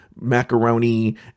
macaroni